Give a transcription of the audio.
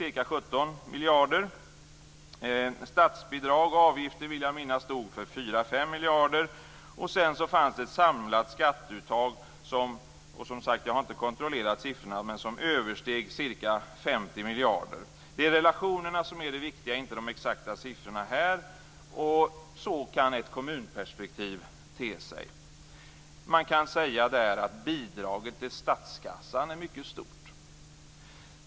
Jag vill minnas att statsbidrag och avgifter stod för 4-5 miljarder. Det samlade skatteuttaget översteg 50 miljarder. Det är relationerna som är det viktiga, inte de exakta siffrorna. Så här kan ett kommunperspektiv te sig. Man kan säga att bidraget till statskassan är mycket stort.